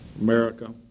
America